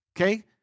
Okay